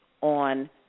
on